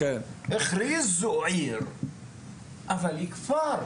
הכריזו עליה כעיר אבל היא כפר,